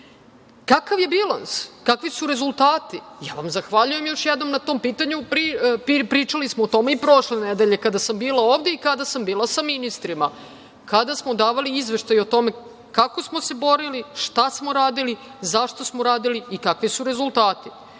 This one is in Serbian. je bilans, kakvi su rezultati? Ja vam zahvaljujem još jednom na tom pitanju. Pričali smo o tome i prošle nedelje kada sam bila ovde i kada sam bila sa ministrima, kada smo davali izveštaj o tome kako smo se borili, šta smo uradili, zašto smo uradili i kakvi su rezultati.